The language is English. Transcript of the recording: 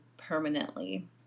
permanently